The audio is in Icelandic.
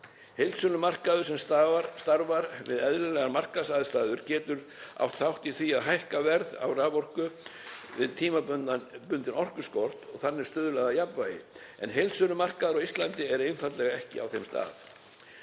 Heildsölumarkaður sem starfar við eðlilegar markaðsaðstæður getur átt þátt í því að hækka verð á raforku við tímabundinn orkuskort og þannig stuðlað að jafnvægi. En heildsölumarkaður á Íslandi er einfaldlega ekki á þeim stað“